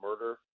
murder